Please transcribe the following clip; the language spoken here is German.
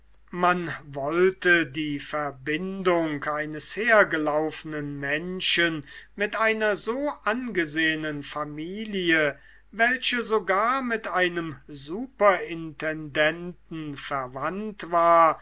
man wollte die verbindung eines hergelaufenen menschen mit einer so angesehenen familie welche sogar mit einem superintendenten verwandt war